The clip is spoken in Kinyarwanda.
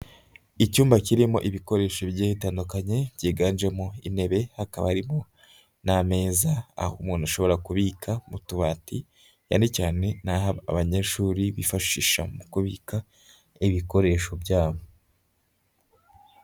Icyumba kirimo ibikoresho bigiye bitandukanye byiganjemo intebe, hakaba harimo n'ameza, aho umuntu ashobora kubika mu tubati, cyane cyane ni aho abanyeshuri bifashisha mu kubika ibikoresho byabo.